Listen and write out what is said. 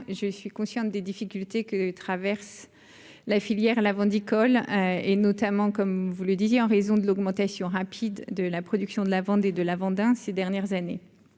je suis consciente des difficultés que traverse la filière colle et notamment, comme vous le disiez, en raison de l'augmentation rapide de la production de la Vendée de lavande, hein, ces dernières années